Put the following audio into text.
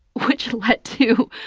which led to,